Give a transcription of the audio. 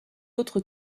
autre